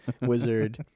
wizard